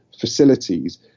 facilities